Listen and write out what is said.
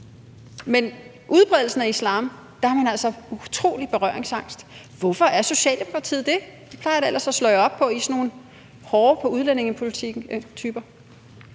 til udbredelsen af islam er man altså utrolig berøringsangst. Hvorfor er Socialdemokratiet det? I plejer da ellers at slå jer op på, at I er sådan nogle typer, der er hårde i udlændingepolitikken.